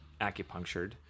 acupunctured